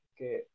Okay